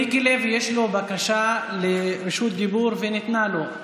למיקי לוי יש בקשה לרשות דיבור וניתנה לו.